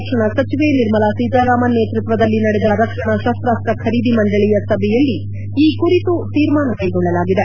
ರಕ್ಷಣಾ ಸಚಿವೆ ನಿರ್ಮಲಾ ಸೀತಾರಾಮನ್ ನೇತೃತ್ವದಲ್ಲಿ ನಡೆದ ರಕ್ಷಣಾ ಶಸ್ತಾಸ್ತ ಖರೀದಿ ಮಂಡಳಿಯ ಸಭೆಯಲ್ಲಿ ಈ ಕುರಿತು ತೀರ್ಮಾನ ಕೈಗೊಳ್ಳಲಾಗಿದೆ